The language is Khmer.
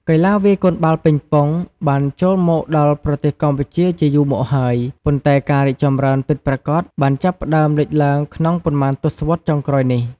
កីឡាវាយកូនបាល់ប៉េងប៉ុងបានចូលមកដល់ប្រទេសកម្ពុជាជាយូរមកហើយ ប៉ុន្តែការរីកចម្រើនពិតប្រាកដបានចាប់ផ្ដើមលេចឡើងក្នុងប៉ុន្មានទសវត្សរ៍ចុងក្រោយនេះ។